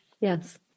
Yes